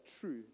true